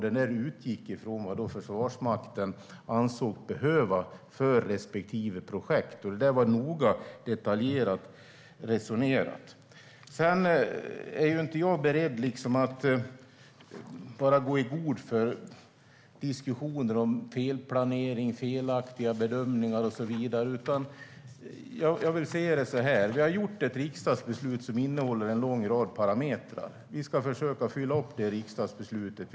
Den utgick från vad Försvarsmakten ansågs behöva för respektive projekt. Det var noga och detaljerat resonerat kring det. Jag är inte beredd att gå i god för diskussioner om felplanering och felaktiga bedömningar och så vidare, utan jag vill se det så här: Vi har tagit ett riksdagsbeslut som innehåller en lång rad parametrar. Vi ska försöka uppfylla det riksdagsbeslutet.